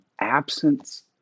absence